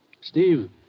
Steve